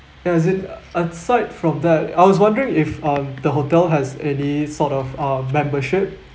ya as in aside from that I was wondering if um the hotel has any sort of a membership